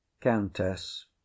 countess